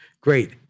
great